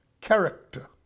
character